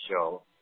show